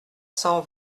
cent